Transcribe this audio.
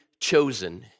chosen